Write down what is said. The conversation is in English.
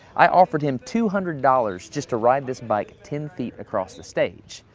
i offered him two hundred dollars just to ride this bike ten feet across the stage.